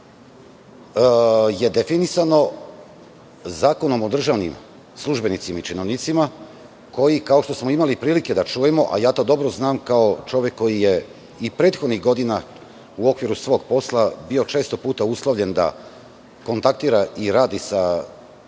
je definisano Zakonom o državnim službenicima i činovnicima koji, kao što smo imali prilike da čujemo, a ja to dobro znam, kao čovek koji je i prethodnih godina u okviru svog posla bio često uslovljen da kontaktira i radi sa